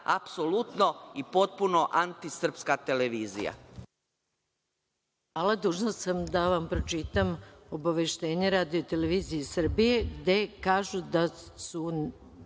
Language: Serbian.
apsolutno i potpuno antisrpska televizija.